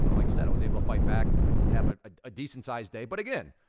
and like i said, i was able to fight back, have a ah ah decent sized day, but again,